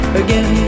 again